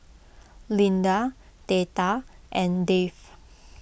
Linda theta and Dave